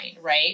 right